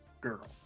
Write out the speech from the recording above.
girl